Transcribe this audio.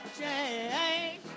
change